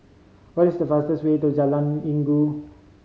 what is the fastest way to Jalan Inggu